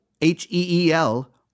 H-E-E-L